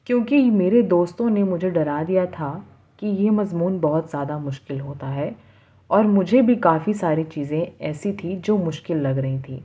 کیوںکہ میرے دوستوں نے مجھے ڈرا دیا تھا کہ یہ مضمون بہت زیادہ مشکل ہوتا ہے اور مجھے بھی کافی ساری چیزیں ایسی تھیں جو مشکل لگ رہی تھیں